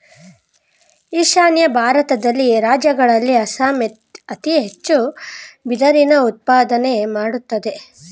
ಈಶಾನ್ಯ ಭಾರತದಲ್ಲಿನ ರಾಜ್ಯಗಳಲ್ಲಿ ಅಸ್ಸಾಂ ಅತಿ ಹೆಚ್ಚು ಬಿದಿರಿನ ಉತ್ಪಾದನೆ ಮಾಡತ್ತದೆ